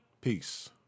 Peace